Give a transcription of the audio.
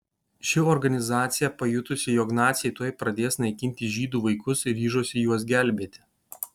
ši organizacija pajutusi jog naciai tuoj pradės naikinti žydų vaikus ryžosi juos gelbėti